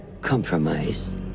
compromise